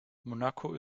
monaco